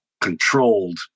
controlled